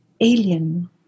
alien